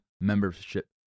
membership